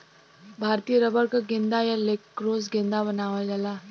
भारतीय रबर क गेंदा या लैक्रोस गेंदा बनावल जाला